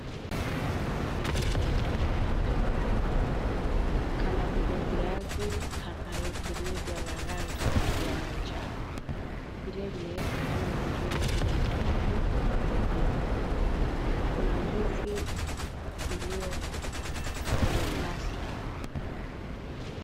Sahani mbili zenye vyakula mbalimbali, kama vile viazi karai zilivyo na rangi ya manjano. Vilevile, sahani nyingine ina ukwaju na pilipili, kuna juisi iliyo kwenye glasi.